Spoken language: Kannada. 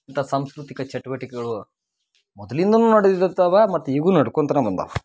ಇಂಥ ಸಾಂಸ್ಕೃತಿಕ ಚಟುವಟಿಕೆಗಳು ಮೊದಲಿಂದಲೂ ನಡ್ದಿದತ್ತಾವ ಮತ್ತು ಈಗ ನಡ್ಕೊಂತನ ಬಂದಾವ